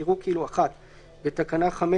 יראו כאילו (1)בתקנה 5,